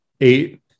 eight